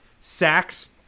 Sacks